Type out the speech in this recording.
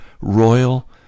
royal